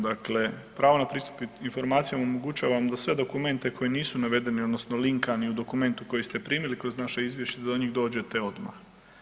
Dakle, pravo na pristup informacijama omogućava nam da sve dokumente koji nisu navedeni odnosno linkani u dokumentu koji ste primili kroz naše izvješće do njih dođete odmah.